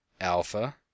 alpha